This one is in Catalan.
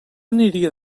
aniria